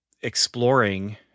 exploring